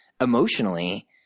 emotionally